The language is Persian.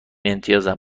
امتیازم